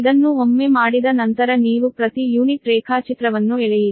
ಇದನ್ನು ಒಮ್ಮೆ ಮಾಡಿದ ನಂತರ ನೀವು ಪ್ರತಿ ಯೂನಿಟ್ ರೇಖಾಚಿತ್ರವನ್ನು ಎಳೆಯಿರಿ